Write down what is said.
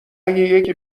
یکی